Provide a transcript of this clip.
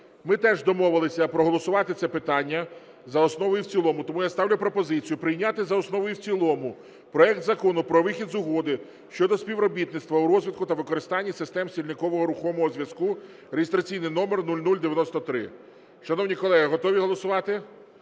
Ми теж домовилися проголосувати це питання за основу і в цілому, тому я ставлю пропозицію прийняти за основу і в цілому проект Закону про вихід з Угоди щодо співробітництва у розвитку та використанні систем стільникового рухомого зв'язку (реєстраційний номер 0093). Шановні колеги, готові голосувати?